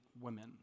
women